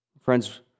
Friends